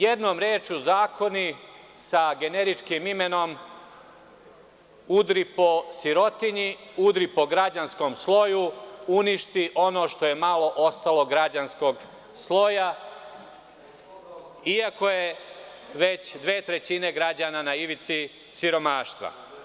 Jednom rečju, zakoni sa generičkim imenom - udri po sirotinji, udri po građanskom sloju, uništi ono što je malo ostalo građanskog sloja, iako je već dve trećine građana na ivici siromaštva.